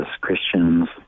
Christians